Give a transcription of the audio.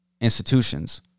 institutions